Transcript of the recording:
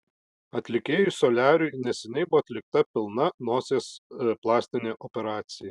atlikėjui soliariui neseniai buvo atlikta pilna nosies plastinė operacija